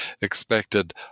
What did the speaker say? expected